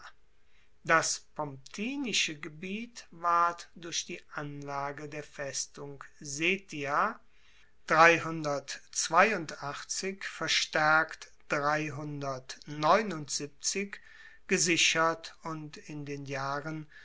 das pomptinische gebiet ward durch die anlage der festung setia verstaerkt gesichert und in den jahren